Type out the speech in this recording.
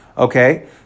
Okay